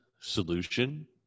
solution